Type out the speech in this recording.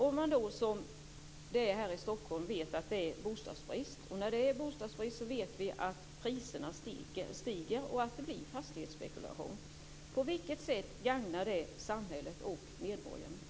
Om man, som här i Stockholm, vet att det är bostadsbrist - och när det är bostadsbrist vet vi att priserna stiger och att det blir fastighetsspekulation - på vilket sätt gagnar då detta samhället och medborgarna?